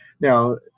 now